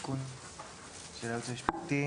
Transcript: תיקון נוסח של היועץ המשפטי.